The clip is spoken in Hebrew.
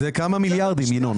זה כמה מיליארדים, ינון.